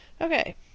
Okay